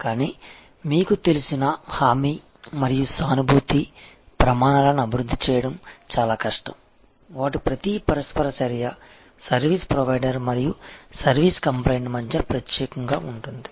కానీ మీకు తెలిసిన హామీ మరియు సానుభూతి ప్రమాణాలను అభివృద్ధి చేయడం చాలా కష్టం వాటి ప్రతి పరస్పర చర్య సర్వీస్ ప్రొవైడర్ మరియు సర్వీస్ క్లయింట్ మధ్య ప్రత్యేకంగా ఉంటుంది